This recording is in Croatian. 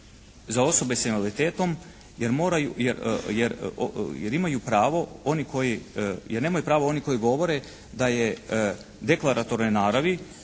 pravo oni koji, jer nemaju pravo oni koji govore da je deklaratorne naravi